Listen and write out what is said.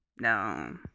No